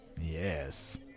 Yes